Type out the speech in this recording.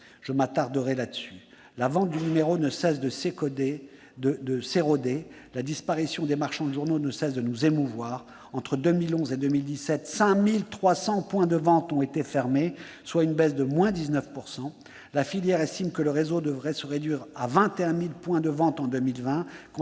à savoir les kiosquiers. La vente au numéro ne cesse de s'éroder, et la disparition des marchands de journaux, de nous émouvoir. Entre 2011 et 2017, quelque 5 300 points de vente ont été fermés, soit une baisse de 19 %. La filière estime que le réseau devrait se réduire à 21 000 points de vente en 2020,